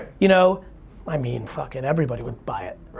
you know i mean fucking everybody would buy it.